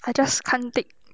I just can't take